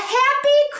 happy